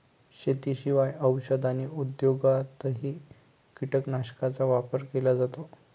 शेतीशिवाय औषध आणि उद्योगातही कीटकनाशकांचा वापर केला जातो